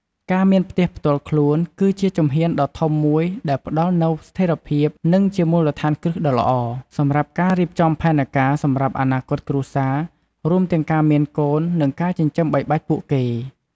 ការមាន ផ្ទះផ្ទាល់ខ្លួន គឺជាជំហានដ៏ធំមួយដែលផ្ដល់នូវ ស្ថេរភាព និងជា មូលដ្ឋានគ្រឹះដ៏ល្អ សម្រាប់ការរៀបចំផែនការសម្រាប់អនាគតគ្រួសារ រួមទាំងការមានកូន និងការចិញ្ចឹមបីបាច់ពួកគេ។